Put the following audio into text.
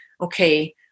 okay